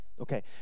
Okay